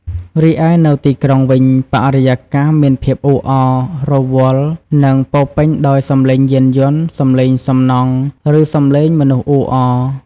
រីឯនៅទីក្រុងវិញ បរិយាកាស មានភាពអ៊ូអរ រវល់ និងពោរពេញដោយ សំឡេង យានយន្ត សំឡេងសំណង់ ឬសំឡេងមនុស្សអ៊ូអរ។